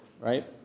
right